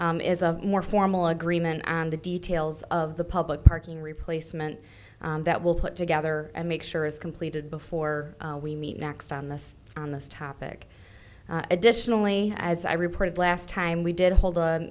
as a more formal agreement and the details of the public parking replacement that will put together and make sure is completed before we meet next on this on this topic additionally as i reported last time we did hold